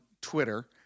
Twitter